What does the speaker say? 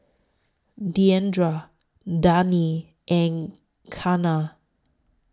Diandra Daneen and Kianna